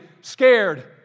scared